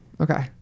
Okay